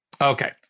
Okay